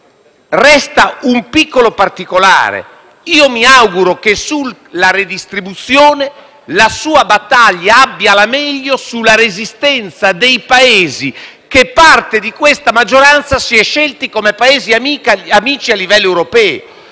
Resta un piccolo particolare: mi auguro che sulla redistribuzione la sua battaglia abbia la meglio sulla resistenza dei Paesi che parte di questa maggioranza ha scelto come Paesi amici a livello europeo.